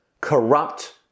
corrupt